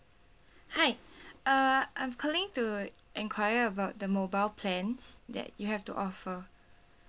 hi uh I'm calling to enquire about the mobile plans that you have to offer